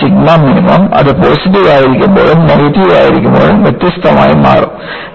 അതിനാൽ sigma minimum അത് positive ആയിരിക്കുമ്പോഴും നെഗറ്റീവ് ആയിരിക്കുമ്പോഴും വ്യത്യസ്തമായി മാറും